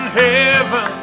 heaven